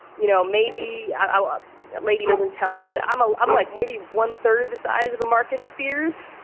you know, maybe our lady doesn't tell, but i'm a i'm like maybe one third the size of a marcus spears.